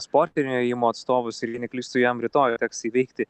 sportinio ėjimo atstovas ir jei neklystu jam rytoj teks įveikti